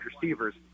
receivers